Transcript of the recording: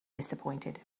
disappointed